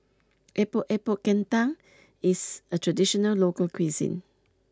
Epok Epok Kentang is a traditional local cuisine